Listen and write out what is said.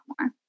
more